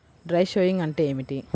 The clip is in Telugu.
డ్రై షోయింగ్ అంటే ఏమిటి?